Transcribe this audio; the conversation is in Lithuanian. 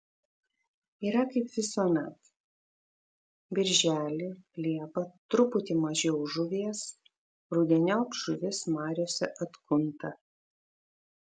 yra kaip visuomet birželį liepą truputį mažiau žuvies rudeniop žuvis mariose atkunta